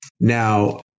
Now